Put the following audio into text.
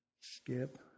skip